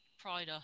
pride